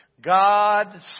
God